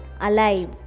alive